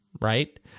Right